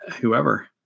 whoever